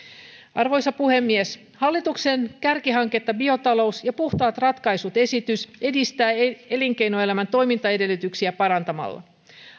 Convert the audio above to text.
arvoisa puhemies hallituksen biotalous ja puhtaat ratkaisut kärkihanketta esitys edistää elinkeinoelämän toimintaedellytyksiä parantamalla